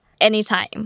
anytime